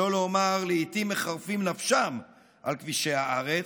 שלא לומר, לעיתים מחרפים נפשם על כבישי הארץ,